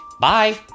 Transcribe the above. Bye